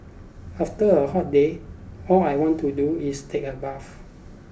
after a hot day all I want to do is take a bath